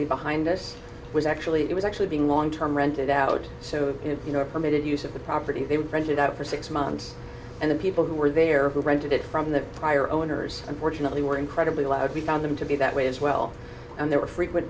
immediately behind us was actually it was actually being long term rented out so you know a permitted use of the property they would rent it out for six months and the people who were there who rented it from the prior owners unfortunately were incredibly loud we found them to be that way as well and there were frequent